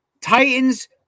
Titans